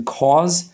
cause